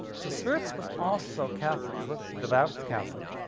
so sweerts was also catholic, devout catholic.